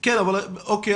או.קיי,